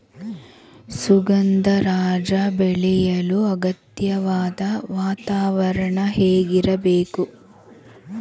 ಸುಗಂಧರಾಜ ಬೆಳೆಯಲು ಅಗತ್ಯವಾದ ವಾತಾವರಣ ಹೇಗಿರಬೇಕು?